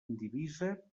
indivisa